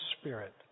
Spirit